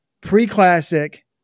Pre-Classic